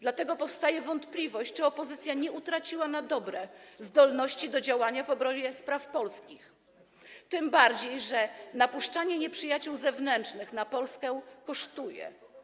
Dlatego powstaje wątpliwość, czy opozycja nie utraciła na dobre zdolności do działania w obronie polskich spraw, tym bardziej że napuszczanie nieprzyjaciół zewnętrznych na Polskę kosztuje.